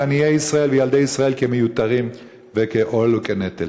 עניי ישראל וילדי ישראל כמיותרים וכעול וכנטל.